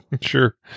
Sure